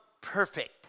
perfect